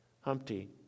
Humpty